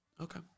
Okay